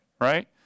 right